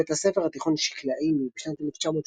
בבית הספר התיכון שיקלאיימי בשנת 1984,